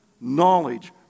knowledge